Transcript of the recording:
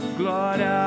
glória